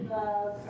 love